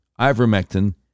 ivermectin